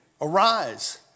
Arise